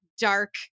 dark